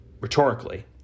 rhetorically